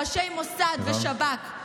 ראשי מוסד ושב"כ,